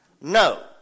No